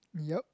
yup